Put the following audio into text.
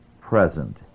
present